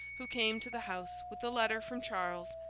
who came to the house with a letter from charles,